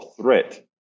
threat